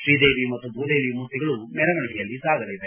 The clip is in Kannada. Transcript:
ಶ್ರೀದೇವಿ ಮತ್ತು ಭೂದೇವಿ ಮೂರ್ತಿಗಳು ಮೆರವಣಿಗೆಯಲ್ಲಿ ಸಾಗಲಿದೆ